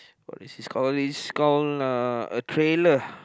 what is this call this call uh a trailer